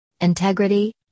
Integrity